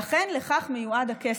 ואכן, לכך מיועד הכסף.